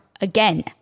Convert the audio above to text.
again